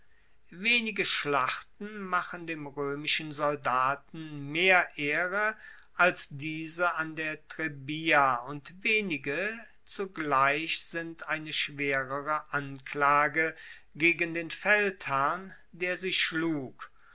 wenige schlachten machen dem roemischen soldaten mehr ehre als diese an der trebia und wenige zugleich sind eine schwerere anklage gegen den feldherrn der sie schlug